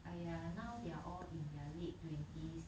!aiya! now they're all in their late twenties